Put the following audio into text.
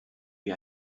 wie